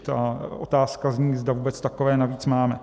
A otázka zní, zda vůbec takové navíc máme.